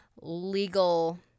legal